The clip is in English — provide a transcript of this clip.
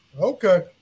okay